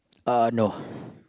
uh no